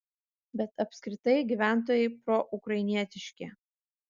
bet apskritai gyventojai proukrainietiški